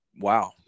wow